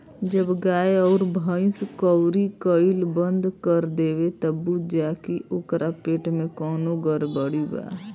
जब गाय अउर भइस कउरी कईल बंद कर देवे त बुझ जा की ओकरा पेट में कवनो गड़बड़ी बा